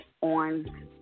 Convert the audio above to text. on